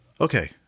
Okay